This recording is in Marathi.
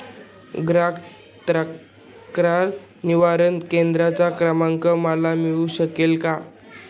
ग्राहक तक्रार निवारण केंद्राचा क्रमांक मला मिळू शकेल का?